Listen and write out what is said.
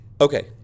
Okay